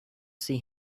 see